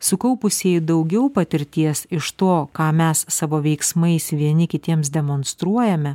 sukaupusieji daugiau patirties iš to ką mes savo veiksmais vieni kitiems demonstruojame